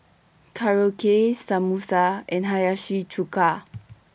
Korokke Samosa and Hiyashi Chuka